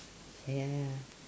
ya